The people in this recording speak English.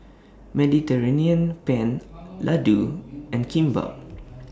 Mediterranean Penne Ladoo and Kimbap